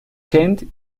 kent